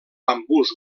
bambús